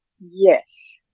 Yes